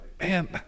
man